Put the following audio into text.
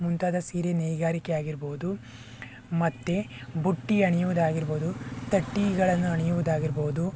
ಮುಂತಾದ ಸೀರೆ ನೇಕಾರಿಕೆ ಆಗಿರಬಹುದು ಮತ್ತು ಬುಟ್ಟಿ ಹೆಣೆಯುದಾಗಿರಬಹುದು ತಟ್ಟಿಗಳನ್ನು ಹೆಣೆಯುದಾಗಿರಬಹುದು